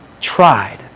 tried